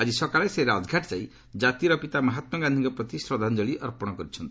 ଆଜି ସକାଳେ ସେ ରାଜଘାଟ ଯାଇ ଜାତିର ପିତା ମହାତ୍ମାଗାନ୍ଧିଙ୍କ ପ୍ରତି ଶ୍ରଦ୍ଧାଞ୍ଚଳି ଅର୍ପଣ କରିଛନ୍ତି